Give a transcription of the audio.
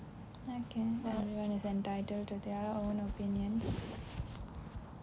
okay everyone is entitled to their own opinions